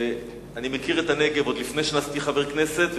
אני מכיר את הנגב עוד לפני שנעשיתי חבר הכנסת,